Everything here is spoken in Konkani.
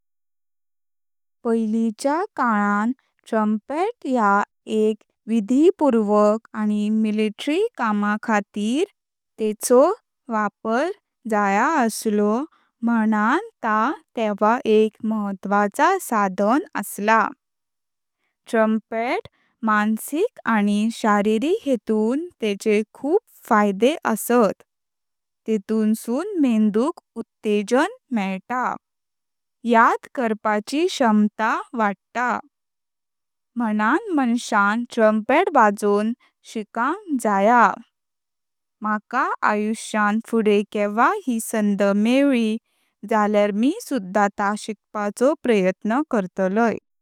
पहिलीच्या काळांत ट्रम्पेट हें एक विधिपूर्वक आनी मिलिटरी कामा खातीर तेंचो वापर जाये असलो म्य्हून ता तेव्हा एक महत्वाचो साधन असलां। ट्रम्पेट मानसिक आनी शारीरिक हेतुंच तेंचे खूप फायदे आसा। तेतूं सुं मेन्दुक उत्तेजन मेळता, याद करपाची क्षमता वाढता, म्य्हून माणसां ट्रम्पेट वाजवोक शिकांक जाये। माका आयुष्यांत फुडे केवा ह्यी सांड मेवली जाल्यार मी सुध्दा ता शिकपाचो प्रयत्न करतालॉय।